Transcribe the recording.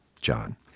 John